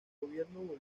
gobierno